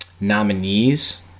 nominees